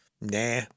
Nah